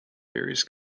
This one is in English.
various